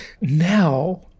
Now